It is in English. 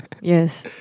Yes